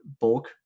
bulk